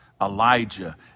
Elijah